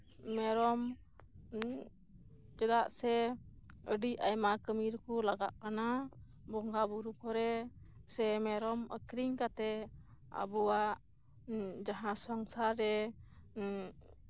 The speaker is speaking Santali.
ᱢᱮᱨᱚᱢ ᱪᱮᱫᱟᱜ ᱥᱮ ᱟᱹᱰᱤ ᱟᱭᱢᱟ ᱠᱟᱹᱢᱤ ᱨᱮᱠᱩ ᱞᱟᱜᱟᱜ ᱠᱟᱱᱟ ᱵᱚᱸᱜᱟ ᱵᱩᱨᱩ ᱠᱚᱨᱮ ᱥᱮ ᱢᱮᱨᱚᱢ ᱟᱹᱠᱷᱨᱤᱧ ᱠᱟᱛᱮᱜ ᱟᱵᱩᱣᱟᱜ ᱡᱟᱦᱟᱸ ᱥᱚᱝᱥᱟᱨ ᱨᱮ